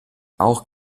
auch